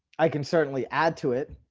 i can certainly add to it.